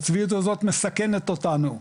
הצביעות הזאת מסכנת אותנו,